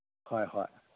ꯍꯣꯏ ꯍꯣꯏ